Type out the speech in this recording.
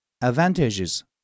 Advantages